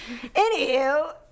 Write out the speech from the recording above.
Anywho